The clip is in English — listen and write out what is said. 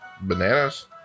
Bananas